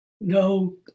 no